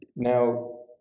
Now